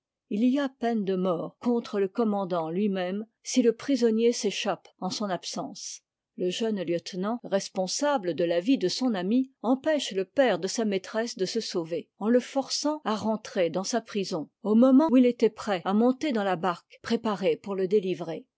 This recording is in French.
h y a peine de mort contre le commandant lui-même si le prisonnier s'échappe en son absence le jeune lieutenant responsable de la vie de son ami empêche le père de sa maîtresse de se sauver en le forçant à rentrer dans sa prison au moment où il était prêt à monter dans la barque préparée pour le délivrer